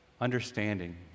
understanding